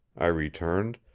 i returned,